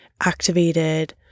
activated